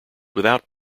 without